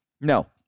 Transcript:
No